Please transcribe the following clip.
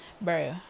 bro